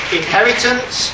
inheritance